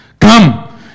come